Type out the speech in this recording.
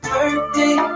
Birthday